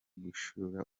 gushiramo